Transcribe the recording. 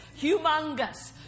humongous